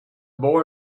boy